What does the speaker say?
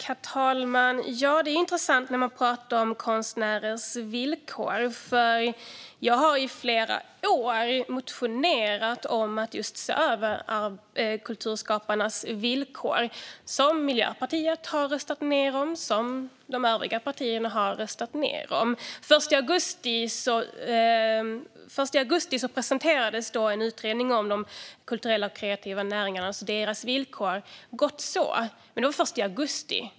Herr talman! Det är intressant när man pratar om konstnärers villkor. Jag har i flera år motionerat om att se över kulturskaparnas villkor. Miljöpartiet och övriga partier har röstat ned motionerna. Först i augusti presenterades en utredning om de kulturella och kreativa näringarnas villkor - gott så. Men det var först i augusti.